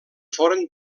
foren